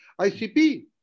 ICP